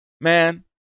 Man